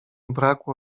brakło